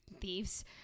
thieves